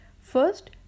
First